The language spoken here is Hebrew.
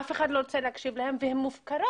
אף אחד לא רוצה להקשיב להן והן מופקרות,